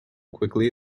quickly